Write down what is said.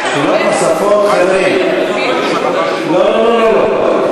שאלות נוספות, הוא רוצה, לא, לא, לא.